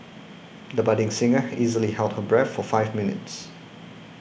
the budding singer easily held her breath for five minutes